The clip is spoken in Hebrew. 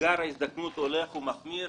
אתגר ההזדקנות הולך ומחמיר.